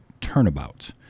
Turnabout